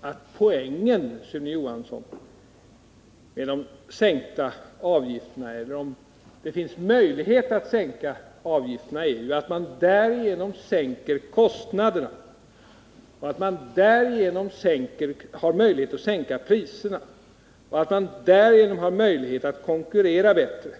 att poängen är att om det finns möjlighet att sänka arbetsgivaravgifterna, är det ju så att man därigenom sänker kostnaderna och att man därigenom har möjlighet att sänka priserna och därmed möjlighet att konkurrera bättre.